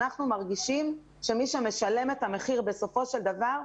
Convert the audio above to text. אנחנו מרגישים שמי שמשלם את המחיר בסופו של דבר,